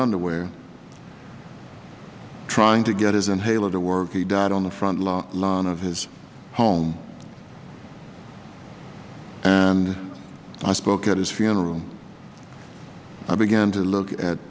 underwear trying to get his inhaler to work he died on the front lawn of his home and i spoke at his funeral i began to look at